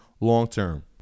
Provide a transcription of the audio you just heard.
long-term